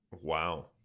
Wow